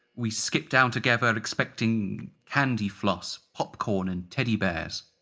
we skipped down together, expecting candyfloss, popcorn and teddy bears,